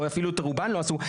או אפילו את רובן לא עשו.